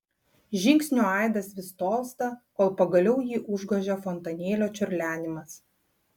žingsnių aidas vis tolsta kol pagaliau jį užgožia fontanėlio čiurlenimas